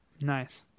Nice